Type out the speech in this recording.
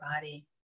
body